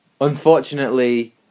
Unfortunately